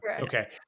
Okay